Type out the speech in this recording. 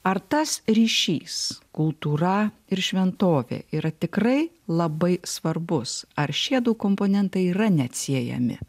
ar tas ryšys kultūra ir šventovė yra tikrai labai svarbus ar šie du komponentai yra neatsiejami